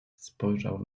spojrzał